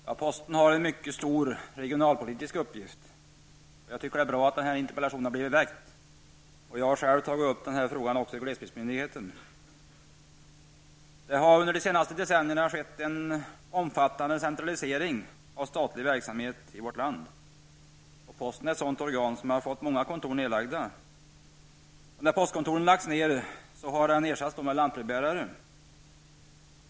Herr talman! Posten har en mycket stor regionalpolitisk uppgift. Jag tycker att det är bra att den här interpellationen har blivit väckt. Jag har själv tagit upp denna fråga i glesbygdsmyndigheten. Det har under de senaste decennierna skett en omfattande centralisering av statlig verksamhet i vårt land. Posten är ett sådant organ som har fått många kontor nedlagda. När postkontoren har lagts ned har de ersatts med lantbrevbärare.